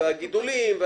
הגידולים,